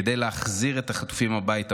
"כדי להחזיר את החטופים הביתה,